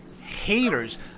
haters